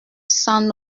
s’en